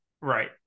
Right